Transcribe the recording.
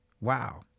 Wow